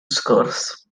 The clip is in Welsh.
sgwrs